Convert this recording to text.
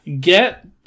get